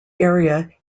area